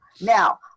Now